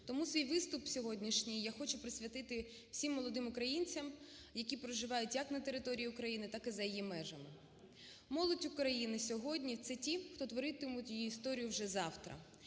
Тому свій виступ сьогоднішній я хочу присвятити всім молодим українцям, які проживають, як на території України, так і за її межами. Молодь України сьогодні – це ті, хто творитимуть її історію вже завтра.